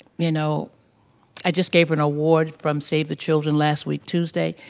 you know i just gave her an award from save the children last week tuesday.